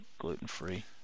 gluten-free